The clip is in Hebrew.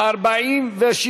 1 לא נתקבלה.